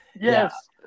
Yes